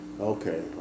Okay